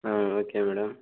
ah okay madam